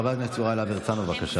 חבר הכנסת יוראי להב הרצנו, בבקשה.